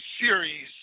series